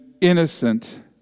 innocent